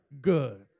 good